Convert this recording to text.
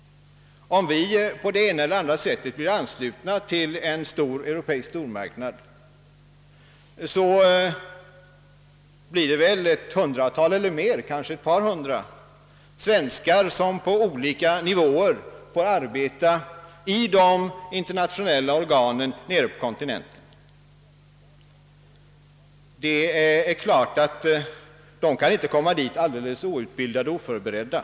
Om vi på det ena eller andra sättet blir anslutna till en europeisk stormarknad får väl ett hundratal eller kanske ett par hundra svenskar på olika nivåer arbeta i de interna tionella organen nere på kontinenten. De kan inte komma dit alldeles outbildade och oförberedda.